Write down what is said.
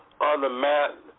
on-the-mat